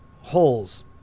holes